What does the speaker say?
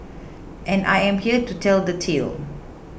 and I am here to tell the tale